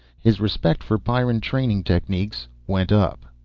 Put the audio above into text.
his respect for pyrran training techniques went up.